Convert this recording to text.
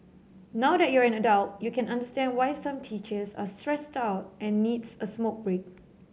now that you're an adult you can understand why some teachers are stressed out and needs a smoke break